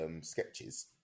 sketches